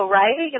right